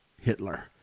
Hitler